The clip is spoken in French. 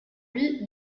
lui